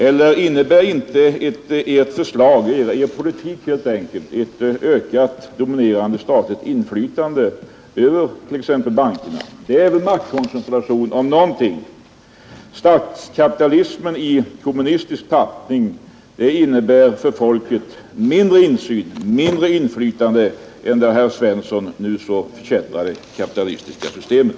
Eller innebär inte er politik, t.ex. förslaget om ett dominerande statligt inflytande över bankerna, en maktkoncentration? Statskapitalismen i kommunistisk tappning innebär för folket mindre insyn och mindre inflytande än i det av herr Svensson så förkättrade kapitalistiska systemet.